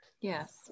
yes